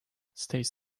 stays